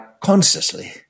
consciously